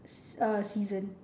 uh season